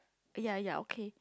ya ya okay